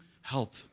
help